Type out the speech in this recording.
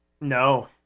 No